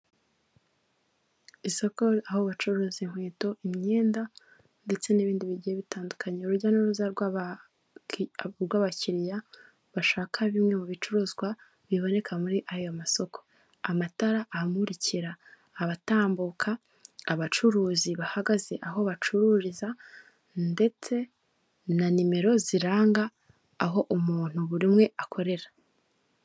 Isoko aho bacuruza inkweto, imyenda, ndetse n’ibindi bintu bitandukanye, urujya n’uruza rw’abakiriya bashaka bimwe mu bicuruzwa biboneka muri ayo masoko. Amatara ahamurikira abatambuka, abacuruzi bahagaze aho bacururiza, ndetse na nimero ziranga aho umuntu buri umwe akorera.